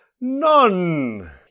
none